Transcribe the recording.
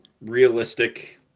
Realistic